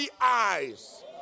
eyes